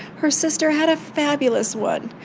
her sister had a fabulous one.